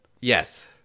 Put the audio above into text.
Yes